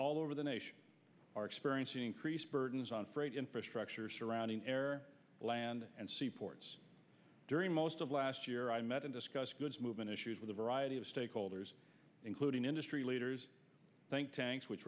all over the nation are experiencing increased burdens on infrastructure surrounding air land and sea ports during most of last year i met and discussed goods movement issues with a variety of stakeholders including industry leaders think tanks which